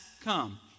come